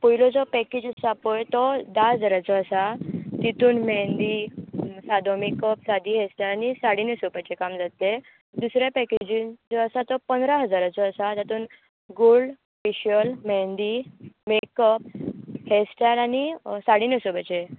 पयलो जो पॅकेज आसा पळय तो धा हजाराचो आसा तितून म्हेंदी सादो मेकअप सादी हॅरस्टायल आनी साडी न्हेसोवपाचे काम जातलें दुसरे पॅकेजीन जो आसा तो पंदरा हजाराचो आसा तातूंत gold facial mehndi makeup hairstyle आनी साडी न्हेसोवपाचे